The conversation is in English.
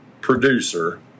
producer